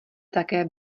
také